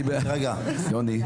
רגע, יוני.